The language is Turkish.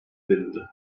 verildi